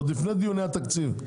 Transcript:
עוד לפני דיוני התקציב.